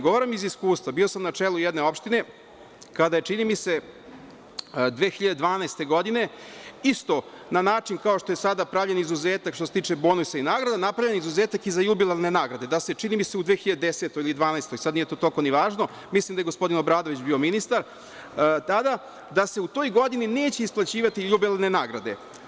Govorim iz iskustva, bio sam na čelu jedne opštine kada je, čini mi se, 2012. godine isto na način kao i sada pravljen izuzetak što se tiče bonusa i nagrada, pravljen izuzeta i za jubilarne nagrade, da se čini mi se u 2010. ili 2012. godini, sada nije to ni toliko važno, mislim da je gospodin Obradović bio ministar, tada da se u toj godini neće isplaćivati jubilarne nagrade.